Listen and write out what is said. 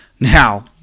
Now